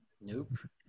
Nope